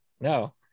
No